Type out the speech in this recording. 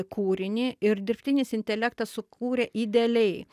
kūrinį ir dirbtinis intelektas sukūrė idealiai